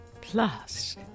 plus